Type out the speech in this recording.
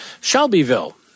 Shelbyville